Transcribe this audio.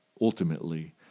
ultimately